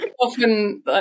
often